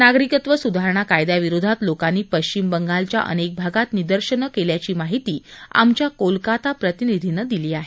नागरिकत्व सुधारणा कायद्याविरोधात लोकांनी पश्चिम बंगालच्या अनेक भागात निदर्शनं केल्याची माहिती आमच्या कोलकाता प्रतिनिधीनं दिली आहे